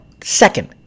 second